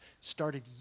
started